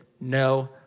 no